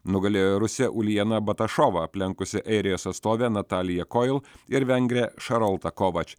nugalėjo rusė uljena batašova aplenkusi airijos atstovę natalija kojl ir vengrė sarolta kovacs